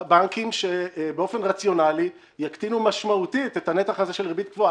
הבנקים באופן רציונלי יקטינו משמעותית את הנתח הזה של ריבית קבועה.